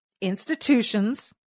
institutions